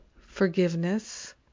forgiveness